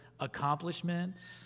accomplishments